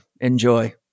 Enjoy